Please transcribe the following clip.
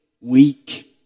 weak